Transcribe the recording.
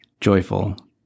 joyful